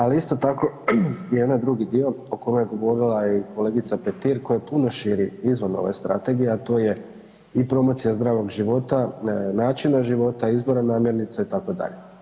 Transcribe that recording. Ali isto tako i onaj drugi dio o kome je govorila kolegica Petir, koji je puno širi izvan ove Strategije, a to je i promocija zdravog života, načina života, izbora namirnica itd.